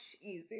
easier